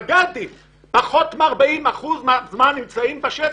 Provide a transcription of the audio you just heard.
מג"דים נמצאים פחות מ-40% מהזמן בשטח.